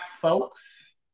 folks